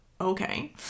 Okay